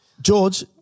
George